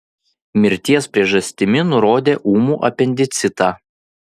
mirties priežastimi nurodė ūmų apendicitą